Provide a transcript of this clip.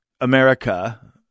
America